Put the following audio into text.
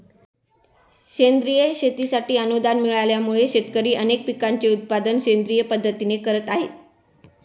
सेंद्रिय शेतीसाठी अनुदान मिळाल्यामुळे, शेतकरी अनेक पिकांचे उत्पादन सेंद्रिय पद्धतीने करत आहेत